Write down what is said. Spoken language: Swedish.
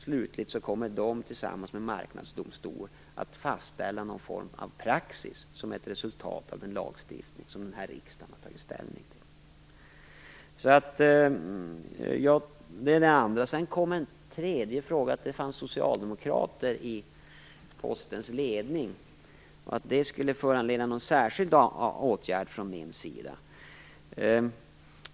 Slutligen kommer de tillsammans med Marknadsdomstolen att fastställa någon form av praxis som ett resultat av den lagstiftning som riksdagen har tagit ställning till. Sedan kom en tredje fråga om att det finns socialdemokrater i Postens ledning och att det skulle föranleda någon särskild åtgärd från min sida.